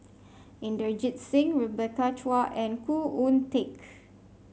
Inderjit Singh Rebecca Chua and Khoo Oon Teik